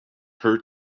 her